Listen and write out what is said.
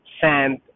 sand